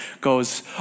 goes